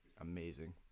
Amazing